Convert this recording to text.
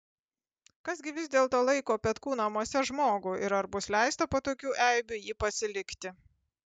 kas gi vis dėlto laiko petkų namuose žmogų ir ar bus leista po tokių eibių jį pasilikti